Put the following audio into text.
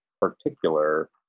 particular